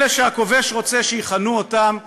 אלה שהכובש רוצה שיכנו אותם מחבלים".